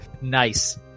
Nice